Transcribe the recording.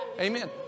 Amen